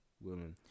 women